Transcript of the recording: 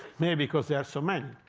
maybe because there are so many.